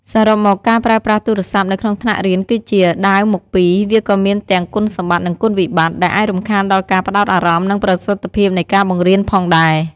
សរុបមក ការប្រើប្រាស់ទូរស័ព្ទនៅក្នុងថ្នាក់រៀនគឺជា ដាវមុខពីរ វាក៏មានទាំង គុណសម្បត្តិ និងគុណវិបត្តិ ដែលអាចរំខានដល់ការផ្តោតអារម្មណ៍ និងប្រសិទ្ធភាពនៃការបង្រៀនផងដែរ។